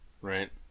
right